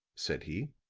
said he.